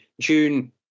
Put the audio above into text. June